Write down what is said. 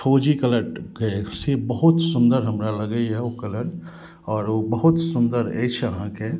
फौजी कलर से बहुत सुन्दर हमरा लगैया ओ कलर आओर ओ बहुत सुन्दर अछि अहाँके